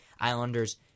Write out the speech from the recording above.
Islanders